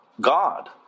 God